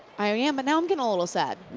i am, now i'm getting a little sad.